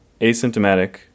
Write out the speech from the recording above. asymptomatic